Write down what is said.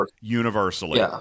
universally